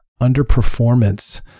underperformance